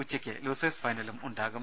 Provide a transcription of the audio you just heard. ഉച്ചയ്ക്ക് ലൂസേഴ്സ് ഫൈനലുമുണ്ടാകും